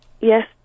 Yes